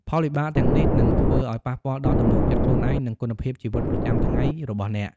ផលវិបាកទាំងនេះនឹងធ្វើឱ្យប៉ះពាល់ដល់ទំនុកចិត្តខ្លួនឯង និងគុណភាពជីវិតប្រចាំថ្ងៃរបស់អ្នក។